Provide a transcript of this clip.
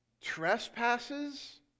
trespasses